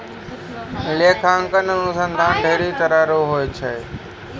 लेखांकन अनुसन्धान ढेरी तरहो के होय छै